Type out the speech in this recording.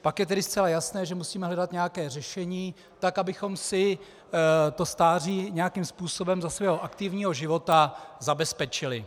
Pak je tedy zcela jasné, že musíme hledat nějaké řešení tak, abychom si to stáří nějakým způsobem za svého aktivního života zabezpečili.